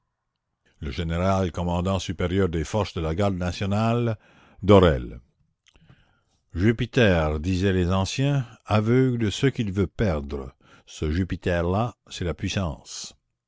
le général commandant supérieur des forces de la garde nationale d'aurele jupiter disaient les anciens aveugle ceux qu'il veut perdre ce jupiter là c'est la puissance